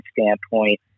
standpoint